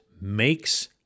makes